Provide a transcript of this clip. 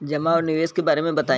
जमा और निवेश के बारे मे बतायी?